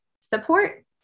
support